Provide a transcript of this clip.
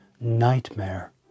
nightmare